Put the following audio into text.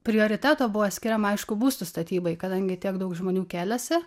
prioriteto buvo skiriama aišku būstų statybai kadangi tiek daug žmonių kėlėsi